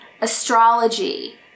astrology